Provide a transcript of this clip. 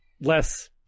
less